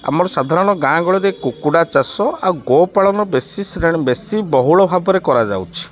ଆମର ସାଧାରଣ ଗାଁ ଗହଳିରେ କୁକୁଡ଼ା ଚାଷ ଆଉ ଗୋପାଳନ ବେଶୀ ବେଶୀ ବହୁଳ ଭାବରେ କରାଯାଉଛି